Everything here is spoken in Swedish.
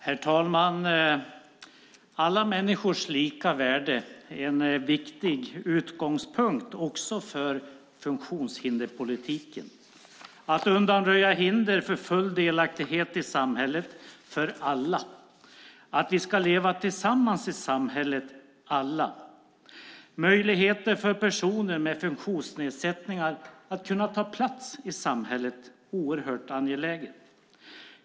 Herr talman! Alla människors lika värde är en viktig utgångspunkt också för funktionshinderspolitiken. Att undanröja hinder för full delaktighet i samhället för alla, att vi alla ska leva tillsammans i samhället och möjlighet för personer med funktionsnedsättning att ta plats i samhället är oerhört angeläget.